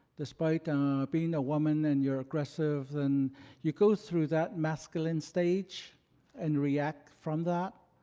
despite um being a woman and you're aggressive and you go through that masculine stage and react from that.